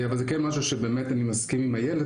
אבל זה כן משהו שבאמת אני מסכים עם איילת,